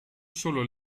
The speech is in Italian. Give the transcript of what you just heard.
solo